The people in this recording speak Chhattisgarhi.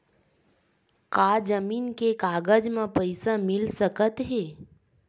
का जमीन के कागज म पईसा मिल सकत हे?